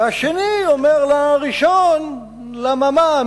והשני אומר לראשון: למה מה?